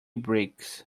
bricks